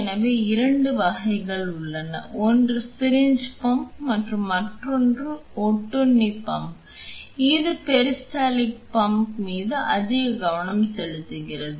எனவே 2 வகைகள் உள்ளன ஒன்று சிரிஞ்ச் பம்ப் மற்றும் மற்றொன்று ஒட்டுண்ணி பம்ப் இங்கு பெரிஸ்டால்டிக் பம்ப் மீது அதிக கவனம் செலுத்துகிறது